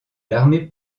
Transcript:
l’armée